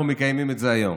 אנחנו מקיימים את זה היום.